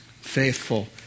faithful